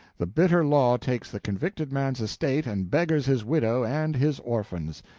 the bitter law takes the convicted man's estate and beggars his widow and his orphans.